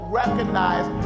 recognize